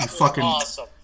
Awesome